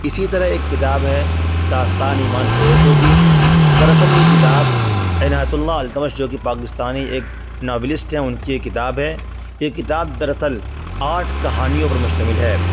اسی طرح ایک کتاب ہے داستان ایمان فروشوں کی در اصل یہ کتاب عنایت اللہ التمش جو کہ پاکستانی ایک ناولسٹ ہیں ان کی یہ کتاب ہے یہ کتاب در اصل آٹھ کہانیوں پر مشتمل ہے